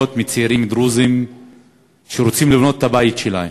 מצעירים דרוזים שרוצים לבנות את הבית שלהם.